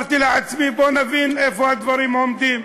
אמרתי לעצמי: בוא נבין איפה הדברים עומדים.